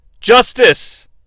Justice